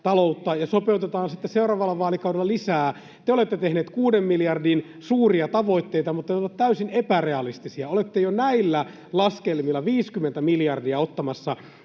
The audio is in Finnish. ja sopeutetaan sitten seuraavalla vaalikaudella lisää. Te olette tehneet kuuden miljardin suuria tavoitteita, mutta ne ovat täysin epärealistisia. Olette jo näillä laskelmilla ottamassa